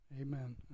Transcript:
Amen